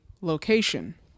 location